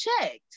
checked